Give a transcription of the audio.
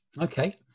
Okay